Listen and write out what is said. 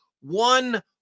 one